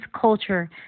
culture